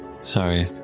Sorry